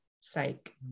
sake